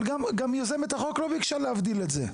אבל גם יוזמת החוק לא ביקשה להבדיל את זה.